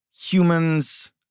humans